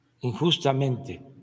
injustamente